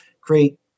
create